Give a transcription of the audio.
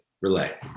relay